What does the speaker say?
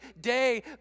day